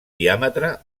diàmetre